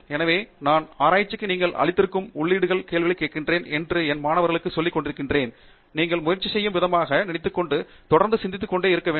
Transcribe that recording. எனவே நான் என் ஆராய்ச்சிக்கு நீங்கள் அளித்திருக்கும் உள்ளீடுகளை கேள்விகளைக் கேட்கிறேன் என்று என் மாணவர்களுக்கு சொல்லிக்கொண்டிருக்கிறேன் நீங்கள் முயற்சி செய்கிற விதமாக நினைத்துக்கொண்டு தொடர்ந்து சிந்தித்துக் கொண்டே இருக்க வேண்டும்